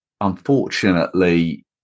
unfortunately